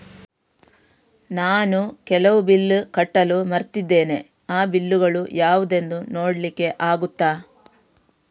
ನಾನು ಕೆಲವು ಬಿಲ್ ಕಟ್ಟಲು ಮರ್ತಿದ್ದೇನೆ, ಆ ಬಿಲ್ಲುಗಳು ಯಾವುದೆಂದು ನೋಡ್ಲಿಕ್ಕೆ ಆಗುತ್ತಾ?